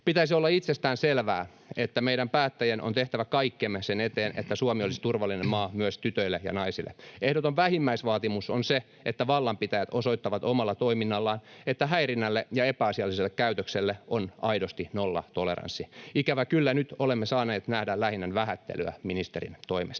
Pitäisi olla itsestään selvää, että meidän päättäjien on tehtävä kaikkemme sen eteen, että Suomi olisi turvallinen maa myös tytöille ja naisille. Ehdoton vähimmäisvaatimus on se, että vallanpitäjät osoittavat omalla toiminnallaan, että häirinnälle ja epäasialliselle käytökselle on aidosti nollatoleranssi. Ikävä kyllä nyt olemme saaneet nähdä lähinnä vähättelyä ministerin toimesta.